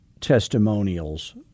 testimonials